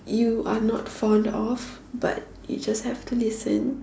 you are not fond of but you just have to listen